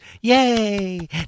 Yay